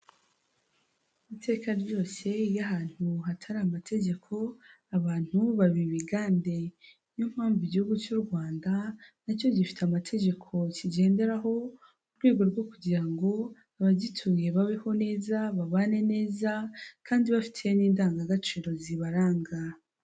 Iteka ryose iyo ahantu hatari amategeko, abantu baba ibigande, ni yo mpamvu Igihugu cy'u Rwanda na cyo gifite amategeko kigenderaho mu rwego rwo kugira ngo abagituye babeho neza, babane neza kandi bafite n'indangagaciro zibaranga.